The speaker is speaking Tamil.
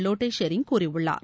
லோட்டே ஷெரிங் கூறியுள்ளார்